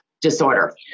disorder